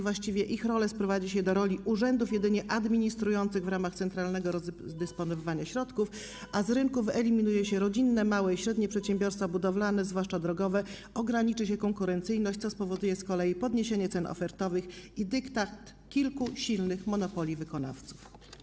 Właściwie rolę samorządów sprowadzi się do roli urzędów jedynie administrujących w ramach centralnego rozdysponowywania środków, a z rynku wyeliminuje się rodzinne, małe i średnie przedsiębiorstwa budowlane, zwłaszcza drogowe, i ograniczy się konkurencyjność, co z kolei spowoduje podniesienie cen ofertowych i dyktat kilku silnych monopoli wykonawców.